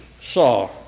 saw